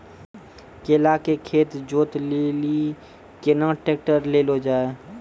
केला के खेत जोत लिली केना ट्रैक्टर ले लो जा?